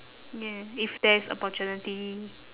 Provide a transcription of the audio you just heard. ya if there is opportunity